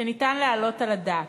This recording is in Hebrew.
שניתן להעלות על הדעת.